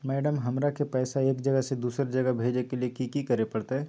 Madam, हमरा के पैसा एक जगह से दुसर जगह भेजे के लिए की की करे परते?